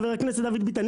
חבר הכנסת דוד ביטן,